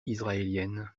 israélienne